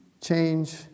change